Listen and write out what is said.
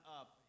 up